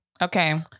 Okay